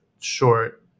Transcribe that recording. short